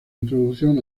introducción